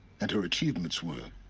and her achievements were.